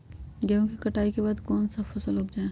गेंहू के कटाई के बाद कौन सा फसल उप जाए?